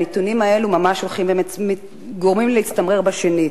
הנתונים האלה ממש הולכים וגורמים להצטמרר בשנית.